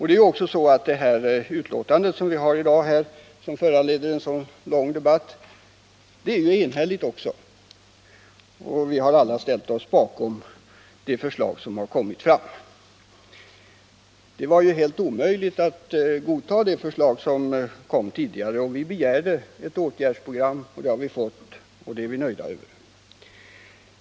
Det betänkande som vi har att behandla i dag är också enhälligt, och vi har alla ställt oss bakom de förslag som framförts. Det tidigare förslaget var helt omöjligt att anta, och vi begärde därför ett åtgärdsprogram. Det har vi fått, och det är vi nöjda med.